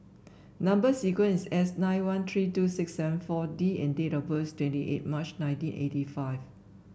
number sequence is S nine one three two six seven four D and date of birth twenty eight March nineteen eighty five